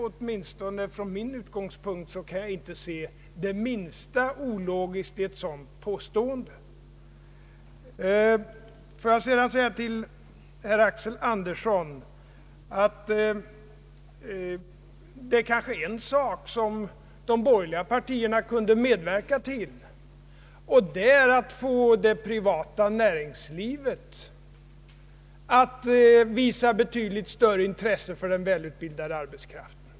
Åtminstone från min utgångspunkt kan jag inte se något på minsta sätt ologiskt i ett sådant påstående. Jag vill sedan säga till herr Axel Andersson att de borgerliga partierna kanske kunde medverka till att få det privata näringslivet att visa ett betydligt större intresse för den välutbildade arbetskraften.